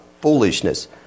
foolishness